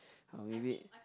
uh we wait